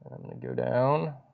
go down